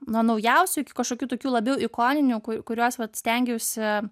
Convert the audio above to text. nuo naujausių iki kažkokių tokių labiau ikoninių ku kuriuos vat stengiausi